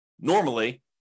normally